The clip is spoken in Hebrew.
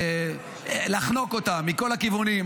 לחנוק אותם מכל הכיוונים,